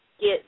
get